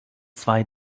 zwei